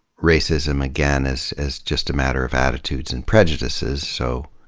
racism, again, as as just a matter of attitudes and prejudices. so,